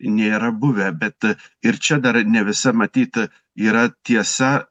nėra buvę bet ir čia dar ne visa matyt yra tiesa